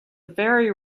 very